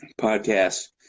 podcast